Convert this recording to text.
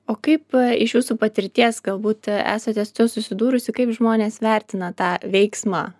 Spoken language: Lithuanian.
o kaip iš jūsų patirties galbūt esate su tuo susidūrusi kaip žmonės vertina tą veiksmą